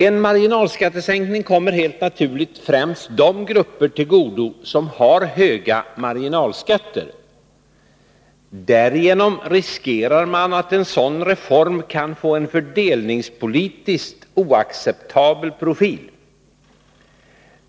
En marginalskattesänkning kommer helt naturligt främst de grupper till godo som har höga marginalskatter. Därigenom riskerar man att en sådan reform kan få en fördelningspolitiskt oacceptabel profil.